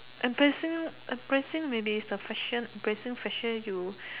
embarrassing embarrassing maybe is the question embarrassing question you